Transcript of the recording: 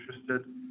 interested